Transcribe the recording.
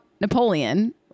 Napoleon